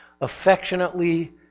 affectionately